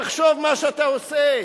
תחשוב מה שאתה עושה,